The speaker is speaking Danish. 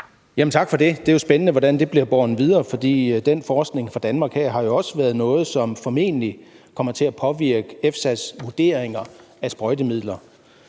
Tak for det. Det er jo spændende, hvordan det bliver båret videre, for den forskning fra Danmark er noget, som formentlig også kommer til at påvirke EFSA's vurderinger af sprøjtemidler.